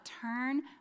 turn